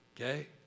Okay